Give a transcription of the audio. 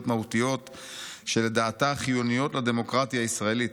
מהותיות שלדעתה חיוניות לדמוקרטיה הישראלית.